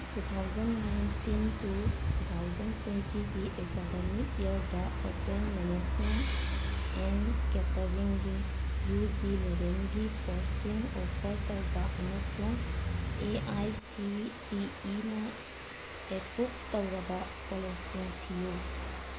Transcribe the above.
two thousand nineteen to two thousand ꯇ꯭ꯋꯦꯟꯇꯤꯒꯤ academic ꯏꯌꯥꯔꯗ hotel management and ꯀꯦꯇꯔꯤꯡꯒꯤ U G ꯂꯦꯕꯦꯜꯒꯤ ꯀꯣꯔꯁꯁꯤꯡ ꯑꯣꯐꯔ ꯇꯧꯕ ꯑꯃꯁꯨꯡ ꯑꯦ ꯑꯥꯏ ꯁꯤ ꯇꯤ ꯏꯅ ꯑꯦꯄ꯭ꯔꯨꯐ ꯇꯧꯔꯕ ꯀꯣꯂꯦꯖꯁꯤꯡ ꯊꯤꯌꯨ